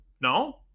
No